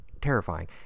terrifying